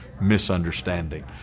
misunderstanding